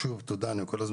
אין מתנגדים ואין